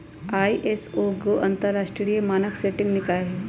ISO एगो अंतरराष्ट्रीय मानक सेटिंग निकाय हइ